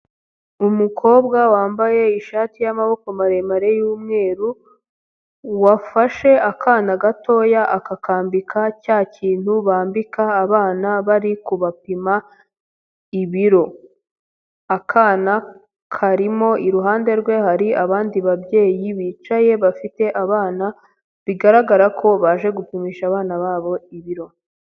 Umukobwa wambaye ishati y'amaboko maremare y'umweru, wafashe akana gatoya akakambika cya kintu bambika abana bari kubapima ibiro, akana karimo iruhande rwe hari abandi babyeyi bicaye bafite abana bigaragara ko baje gupimisha abana babo ibiro.